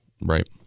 right